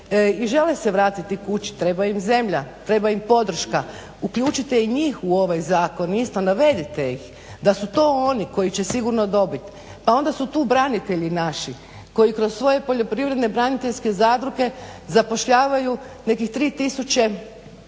i žele se vratiti kući, treba im zemlja, treba im podrška. Uključite i njih u ovaj zakon isto, navedite ih, da su to oni koji će sigurno dobit. Pa onda su tu branitelji naši koji kroz svoje poljoprivredne braniteljske zadruge zapošljavaju nekih 3 tisuće